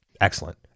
Excellent